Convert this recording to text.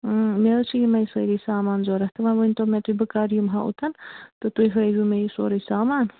مےٚ حظ چھِ یِمَے سٲری سامان ضوٚرَتھ تہٕ وَنۍ ؤنۍ تو مےٚ تُہۍ بہٕ کَرٕ یِم ہا اوٚتھَن تہٕ تُہۍ ہٲہِو مےٚ یہِ سورُے سامان